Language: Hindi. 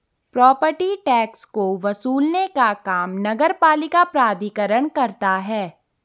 प्रॉपर्टी टैक्स को वसूलने का काम नगरपालिका प्राधिकरण करता है